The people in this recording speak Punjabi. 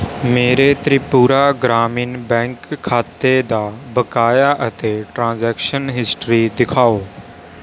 ਮੇਰੇ ਤ੍ਰਿਪੁਰਾ ਗ੍ਰਾਮੀਣ ਬੈਂਕ ਖਾਤੇ ਦਾ ਬਕਾਇਆ ਅਤੇ ਟ੍ਰਾਂਜ਼ੈਕਸ਼ਨ ਹਿਸਟਰੀ ਦਿਖਾਓ